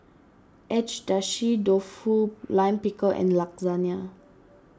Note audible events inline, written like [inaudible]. Agedashi Dofu Lime Pickle and [unintelligible]